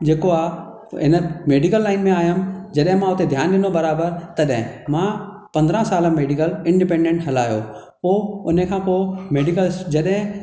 जेको आहे इन मेडीकल लाइन में आहियां जॾहिं मां उते ध्यान ॾिनो बराबर तॾहिं मां पंद्रहं साल मेडीकल इन्डिपेंडंट हलायो पोइ उन खां पोइ मेडीकल्स जॾहिं